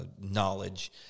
knowledge